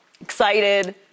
excited